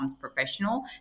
professional